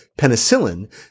penicillin